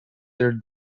their